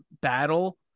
battle